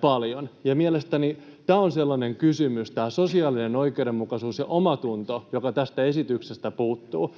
paljon. Ja mielestäni tämä sosiaalinen oikeudenmukaisuus ja omatunto on sellainen kysymys, joka tästä esityksestä puuttuu.